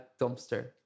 dumpster